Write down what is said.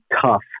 tough